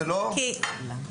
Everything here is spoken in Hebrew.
לא,